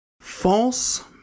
false